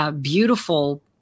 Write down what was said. beautiful